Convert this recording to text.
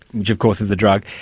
which of course is a drug,